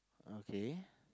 okay